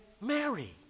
Mary